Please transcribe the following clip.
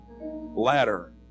ladder